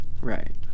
Right